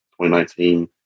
2019